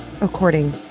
according